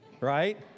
right